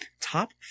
top